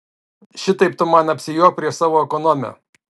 šitaip tu man apsijuok prieš savo ekonomę